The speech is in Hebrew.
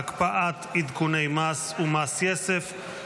(הקפאת עדכוני מס ומס יסף),